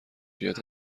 بیاد